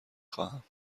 خواهم